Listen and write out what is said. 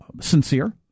sincere